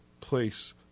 place